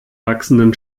wachsenden